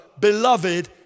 beloved